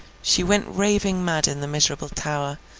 she went raving mad in the miserable tower,